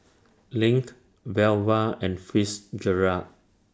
LINK Velva and Fitzgerald